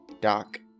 Doc